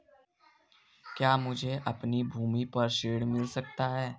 क्या मुझे अपनी भूमि पर ऋण मिल सकता है?